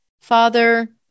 Father